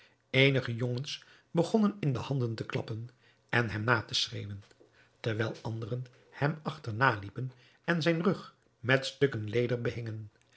eenige jongens begonnen in de handen te klappen en hem na te schreeuwen terwijl anderen hem achterna liepen en zijn rug met stukken leder behingen